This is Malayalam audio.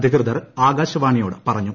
അധികൃത്ര് ആകാശവാണിയോട് പറഞ്ഞു